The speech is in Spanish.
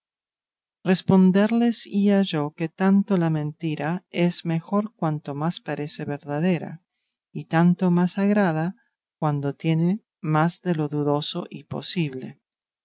responderles hía yo que tanto la mentira es mejor cuanto más parece verdadera y tanto más agrada cuanto tiene más de lo dudoso y posible